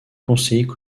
conseillers